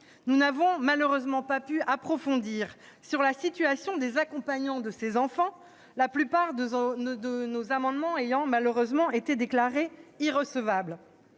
Nous n'avons malheureusement pas pu approfondir la question de la situation des accompagnants de ces enfants, la plupart de nos amendements ayant malheureusement été déclarés irrecevables.